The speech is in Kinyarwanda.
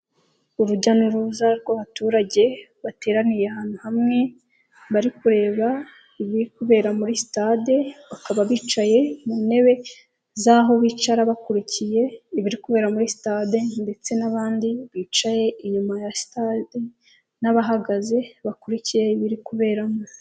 Urujya n'uruza rwabaturage bateraniye ahantu hamwe bari kureba ibiri kubera muri sitade bakaba bicaye mu ntebe z'aho bicara bakurikiye ibiri kubera muri sitade ndetse n'abandi bicaye inyuma ya sitade n'abahagaze bakurikiye ibiri kuberamo.